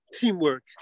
teamwork